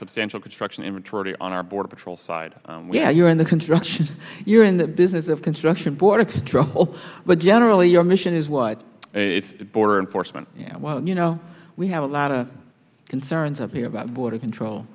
substantial construction immaturity on our border patrol side yeah you're in the construction you're in the business of construction border patrol but generally your mission is what border enforcement you know we have a lot of concerns out here about border control